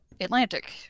Atlantic